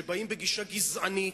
כשבאים בגישה גזענית,